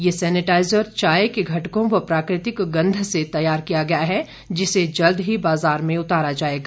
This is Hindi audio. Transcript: ये सैनिटाईजर चाय के घटकों व प्राकृतिक गंध से तैयार किया गया है जिसे जल्द ही बाजार में उतारा जाएगा